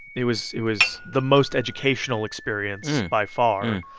it was it was the most educational experience by far.